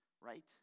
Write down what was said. right